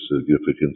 significance